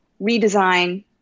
redesign